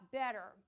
better